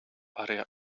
aria